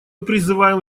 призываем